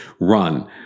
run